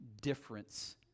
difference